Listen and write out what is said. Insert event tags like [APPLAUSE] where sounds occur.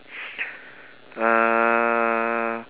[NOISE] uh